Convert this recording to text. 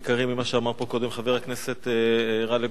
שאמר פה קודם חבר הכנסת גאלב מג'אדלה,